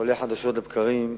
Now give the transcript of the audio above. עולה חדשות לבקרים,